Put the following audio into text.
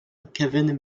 kevin